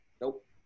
Nope